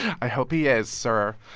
i hope he is. sir.